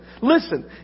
Listen